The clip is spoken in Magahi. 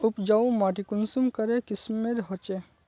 उपजाऊ माटी कुंसम करे किस्मेर होचए?